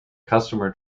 customer